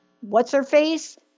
what's-her-face